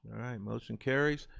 motion carries.